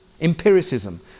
Empiricism